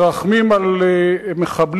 מרחמים על מחבלים,